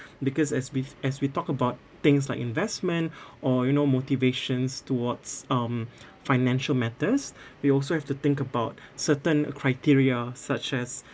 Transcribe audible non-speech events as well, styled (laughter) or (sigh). because as we as we talk about things like investment (breath) or you know motivations towards um (breath) financial matters (breath) we also have to think about (breath) certain criteria such as